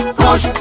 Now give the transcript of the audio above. push